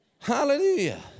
Hallelujah